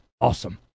awesome